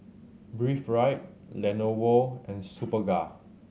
Breathe Right Lenovo and Superga